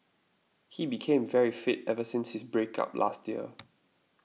he became very fit ever since his break up last year